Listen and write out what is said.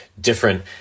different